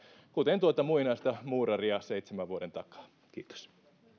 kuten tuota muinaista muuraria seitsemän vuoden takaa